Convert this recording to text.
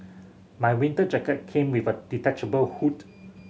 my winter jacket came with a detachable hood